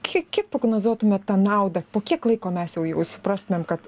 kiek kiek prognozuotumėt tą naudą po kiek laiko mes jau jau suprastumėm kad